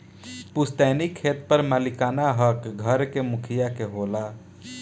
पुस्तैनी खेत पर मालिकाना हक घर के मुखिया के होला